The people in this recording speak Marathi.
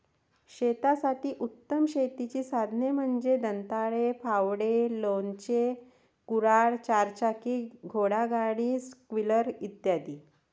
शेतासाठी उत्तम शेतीची साधने म्हणजे दंताळे, फावडे, लोणचे, कुऱ्हाड, चारचाकी घोडागाडी, स्प्रिंकलर इ